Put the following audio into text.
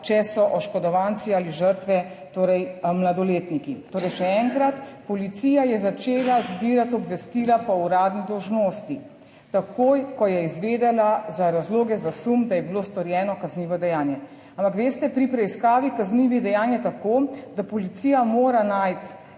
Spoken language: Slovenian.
če so oškodovanci ali žrtve, torej mladoletniki. Torej še enkrat, policija je začela zbirati obvestila po uradni dolžnosti, takoj, ko je izvedela za razloge za sum, da je bilo storjeno kaznivo dejanje. Ampak veste, pri preiskavi kaznivih dejanj je tako, da policija mora najti